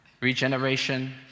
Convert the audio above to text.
Regeneration